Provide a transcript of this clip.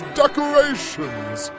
decorations